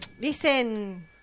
Listen